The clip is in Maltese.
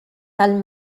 tal